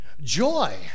joy